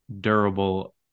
durable